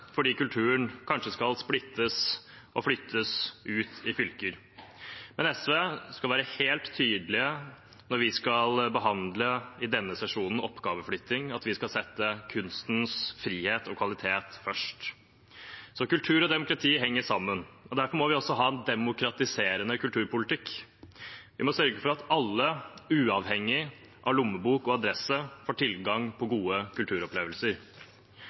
fordi kulturen kanskje skal splittes og flyttes ut i fylker. Men SV skal, når vi i denne sesjonen skal behandle oppgaveflytting, være helt tydelige på at vi skal sette kunstens frihet og kvalitet først. Kultur og demokrati henger altså sammen. Derfor må vi også ha en demokratiserende kulturpolitikk. Vi må sørge for at alle, uavhengig av lommebok og adresse, får tilgang til gode kulturopplevelser.